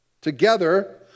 together